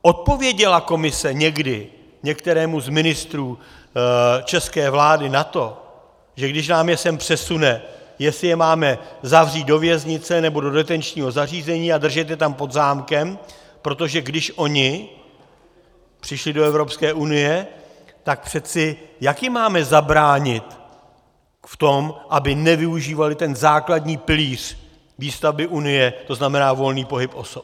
Odpověděla Komise někdy některému z ministrů české vlády na to, že když nám je sem přesune, jestli je máme zavřít do věznice nebo do detenčního zařízení a držet je tam pod zámkem, protože když oni přišli do Evropské unie, tak přece jak jim máme zabránit v tom, aby nevyužívali ten základní pilíř výstavby Unie, to znamená volný pohyb osob?